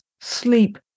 sleep